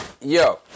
Yo